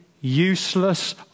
useless